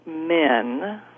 men